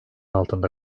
altında